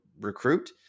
recruit